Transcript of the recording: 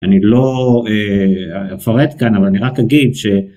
אני לא אפרט כאן, אבל אני רק אגיד ש...